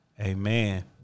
Amen